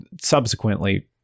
subsequently